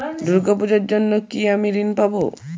দুর্গা পুজোর জন্য কি আমি ঋণ পাবো?